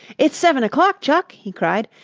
it's seven o'clock, chuck, he cried,